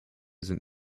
sind